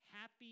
happy